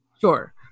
Sure